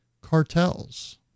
cartels